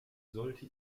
sollte